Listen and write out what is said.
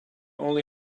only